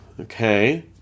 Okay